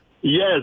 Yes